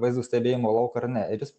vaizdo stebėjimo lauką ar ne ir jis